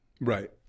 Right